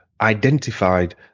identified